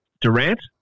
Durant